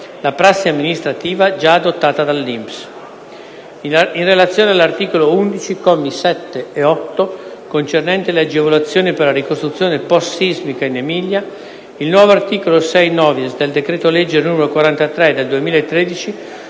la prassi amministrativa giaadottata dall’INPS; – in relazione all’articolo 11, commi 7 e 8, concernente le agevolazioni per la ricostruzione post sismica in Emilia, il nuovo articolo 6-novies del decreto-legge n. 43 del 2013